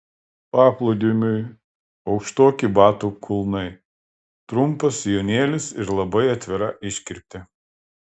paplūdimiui aukštoki batų kulnai trumpas sijonėlis ir labai atvira iškirptė